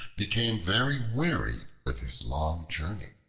became very wearied with his long journey.